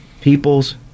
people's